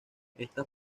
estas